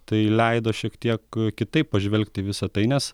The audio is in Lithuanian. tai leido šiek tiek kitaip pažvelgti į visa tai nes